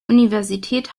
universität